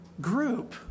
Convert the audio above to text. group